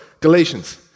Galatians